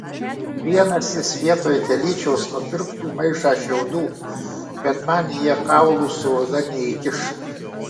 vienas jis vietoj telyčios nupirktų maišą šiaudų bet man jie kaulų su oda neįkiš